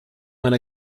einer